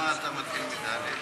למה אתה מתחיל מד'?